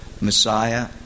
Messiah